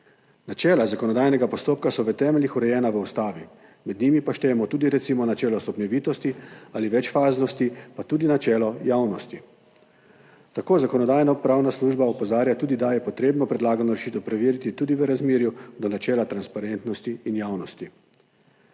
Načela zakonodajnega postopka so v temeljih urejena v ustavi, med njih pa štejemo tudi recimo načelo stopnjevitosti ali večfaznosti in tudi načelo javnosti. Tako Zakonodajno-pravna služba opozarja, da je treba predlagano rešitev preveriti tudi v razmerju do načela transparentnosti in javnosti.